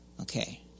Okay